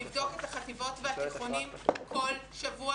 לבדוק את החטיבות והתיכונים כל שבוע,